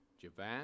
Javan